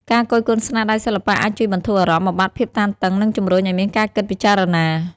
ការគយគន់ស្នាដៃសិល្បៈអាចជួយបន្ធូរអារម្មណ៍ បំបាត់ភាពតានតឹង និងជំរុញឲ្យមានការគិតពិចារណា។